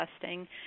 testing